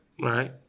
Right